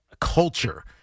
Culture